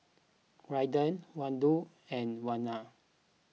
Raiden Waldo and Werner